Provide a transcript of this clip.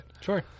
Sure